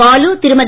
Balu Thirumathi